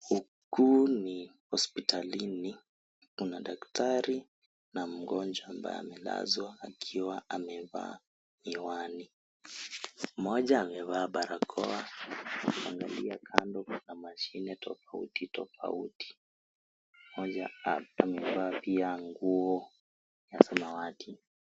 Huku ni hospitalini, kuna daktari na mgonjwa ambaye amelazwa akiwa amevaa miwani. Mmoja amevaa barakoa ameangalia kando kuna mashine tofauti tofauti. Mmoja pia amevaa nguo ya samawati.